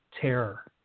Terror